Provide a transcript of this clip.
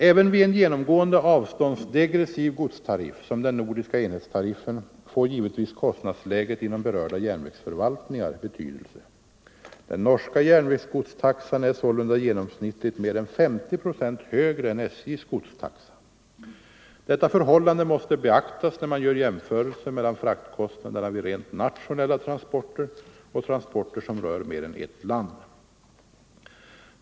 Även vid en genomgående avståndsdegressiv godstariff som den nordiska enhetstariffen får givetvis kostnadsläget inom berörda järnvägsförvaltningar betydelse. Den norska järnvägsgodstaxan är sålunda genomsnittligt mer än 50 procent högre än SJ:s godstaxa. Detta förhållande måste beaktas när man gör jämförelser mellan fraktkostnaderna vid rent nationella transporter och transporter som rör mer än ett land.